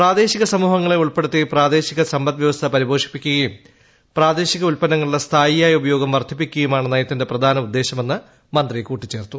പ്രാദേശിക സമൂഹങ്ങളെ ഉൾപ്പെട്ടുത്ത്വ് പ്രാദേശിക സമ്പദ് വ്യവസ്ഥ പരിപോഷിപ്പിക്കുകയും പ്രാദേശിക ഉൽപ്പന്നങ്ങളുടെ സ്ഥായിയായ ഉപയോഗം വർദ്ധിപ്പിക്കുകയിട്ടുമാണ് നയത്തിന്റെ പ്രധാന ഉദ്ദേശമെന്ന് മന്ത്രി കൂട്ടിച്ചേർത്തു